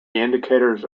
indicators